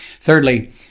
Thirdly